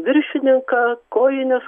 viršininką kojines